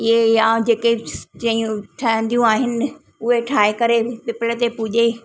इहे या जेके सयूं ठहंदियूं आहिनि उहे ठाहे करे पीपल ते पूॼे